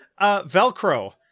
Velcro